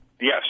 yes